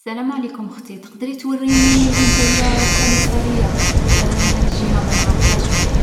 سلام عليكم، ختي. تقدري توريني وين جاية الكوميسارية. أنا هاد الجهة ما نعرفهاش مليح.